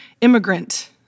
immigrant